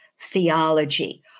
Theology